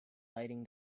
lighting